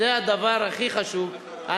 זה הדבר הכי חשוב,